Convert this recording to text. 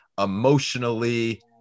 emotionally